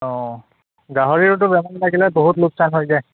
অঁ গাহৰিৰতো বেমাৰ লাগিলে বহুত লোকচান হৈ যায়